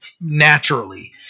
naturally